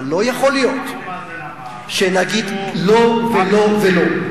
אבל לא יכול להיות שנגיד: לא ולא ולא.